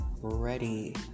ready